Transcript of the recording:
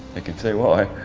i can see why.